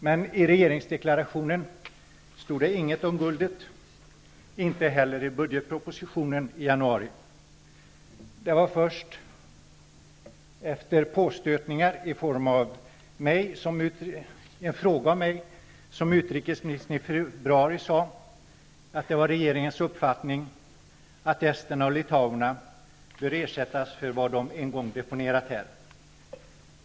Men i regeringsdeklarationen stod det ingenting om guldet, inte heller i budgetpropositionen i januari. Det var först efter påstötningar i form av en fråga av mig som utrikesministern i februari sade att det var regeringens uppfattning att esterna och litauerna borde ersättas för vad de en gång deponerat här.